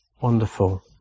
Wonderful